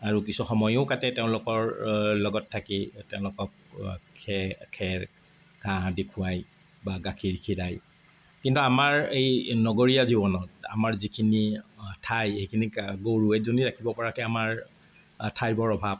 আৰু কিছু সময়ো কাটে তেওঁলোকৰ লগত থাকি তেওঁলোকক খেৰ খেৰ ঘাঁহ আদি খুৱাই বা গাখীৰ খীৰাই কিন্তু আমাৰ এই নগৰীয়া জীৱনত আমাৰ যিখিনি ঠাই সেইখিনিত গৰু এজনী ৰাখিব পৰাকে আমাৰ ঠাইৰ বৰ অভাৱ